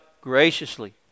graciously